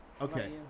okay